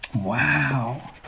Wow